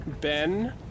Ben